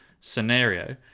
scenario